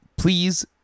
Please